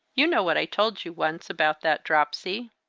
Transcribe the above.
you know what i told you once, about that dropsy.